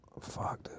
Fuck